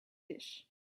dish